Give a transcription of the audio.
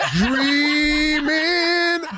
dreaming